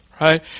Right